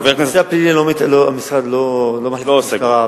בנושא הפלילי המשרד לא, לא עוסק בזה.